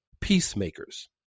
peacemakers